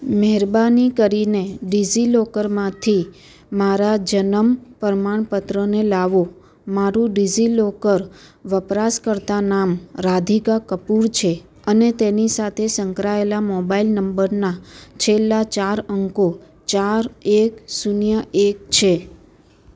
મહેરબાની કરીને ડિઝીલોકરમાંથી મારા જન્મ પ્રમાણપત્રને લાવો મારું ડિઝીલોકર વપરાશકર્તા નામ રાધિકા કપૂર છે અને તેની સાથે સંકળાયેલા મોબાઇલ નંબરના છેલ્લા ચાર અંકો ચાર એક શૂન્ય એક છે